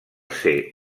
ser